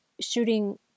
shooting